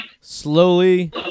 slowly